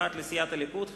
19 בעד, שניים נגד.